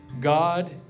God